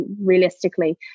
realistically